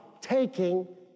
taking